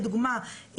לדוגמה,